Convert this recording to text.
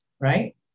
right